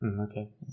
Okay